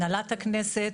הנהלת הכנסת,